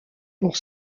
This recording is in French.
pour